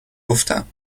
گفتم